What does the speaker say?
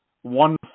one